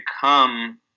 come